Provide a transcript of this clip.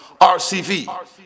RCV